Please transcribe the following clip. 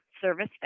service